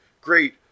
Great